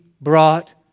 brought